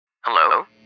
Hello